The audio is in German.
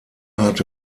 hatte